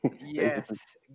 yes